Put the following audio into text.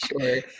sure